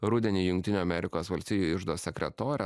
rudenį jungtinių amerikos valstijų iždo sekretorė